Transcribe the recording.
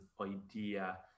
idea